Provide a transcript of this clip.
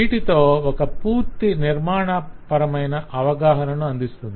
వీటితో ఒక పూర్తి నిర్మాణపరమైన అవగాహనను అందిస్తుంది